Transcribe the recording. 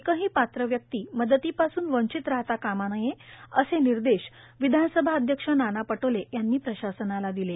एकही पात्र व्यक्ती मदतीपासून वंचित राहता कामा नये अशा निर्देश विधानसभा अध्यक्ष नाना पटोले यांनी प्रशासनाला दिले